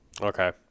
Okay